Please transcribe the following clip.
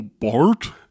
Bart